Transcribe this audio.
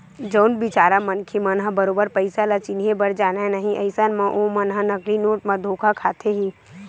जउन बिचारा मनखे मन ह बरोबर पइसा ल चिनहे बर जानय नइ अइसन म ओमन ह नकली नोट म धोखा खाथे ही